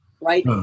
right